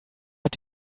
hat